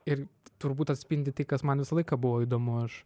ir turbūt atspindi tai kas man visą laiką buvo įdomu aš